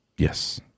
Yes